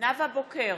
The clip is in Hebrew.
נאוה בוקר,